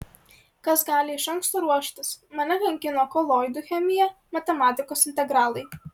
kas gali iš anksto ruoštis mane kankino koloidų chemija matematikos integralai